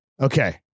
Okay